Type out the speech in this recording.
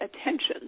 attention